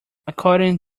according